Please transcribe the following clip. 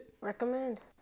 Recommend